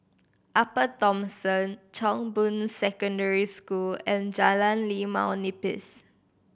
Upper Thomson Chong Boon Secondary School and Jalan Limau Nipis